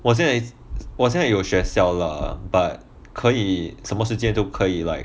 我现在我现在有学校 lah but 可以什么时间都可以 like